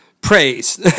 praise